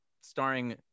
starring